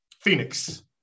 Phoenix